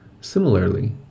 Similarly